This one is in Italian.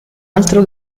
altro